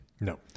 No